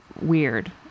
weird